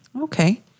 Okay